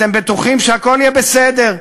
אתם בטוחים שהכול יהיה בסדר,